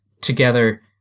together